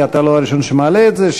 כי אתה לא הראשון שמעלה את זה,